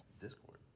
Discord